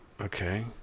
Okay